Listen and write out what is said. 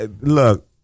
look